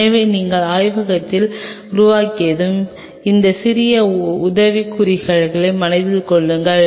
எனவே நீங்கள் ஆய்வகத்தை உருவாக்கியதும் இந்த சிறிய உதவிக்குறிப்புகளை மனதில் கொள்ளுங்கள்